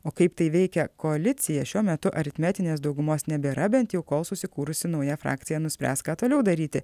o kaip tai veikia koalicija šiuo metu aritmetinės daugumos nebėra bent jau kol susikūrusi nauja frakcija nuspręs ką toliau daryti